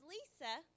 Lisa